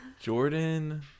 Jordan